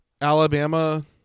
Alabama